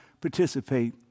participate